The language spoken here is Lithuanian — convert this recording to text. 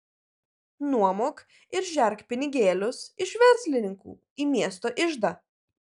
nuomok ir žerk pinigėlius iš verslininkų į miesto iždą